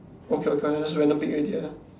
okay okay just random pick already ah